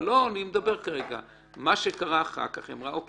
מה שקרה אחר כך זה שהיא אמרה: אוקי,